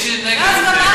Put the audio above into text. מי שנגד הוא,